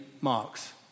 marks